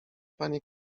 panie